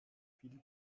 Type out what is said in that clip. viel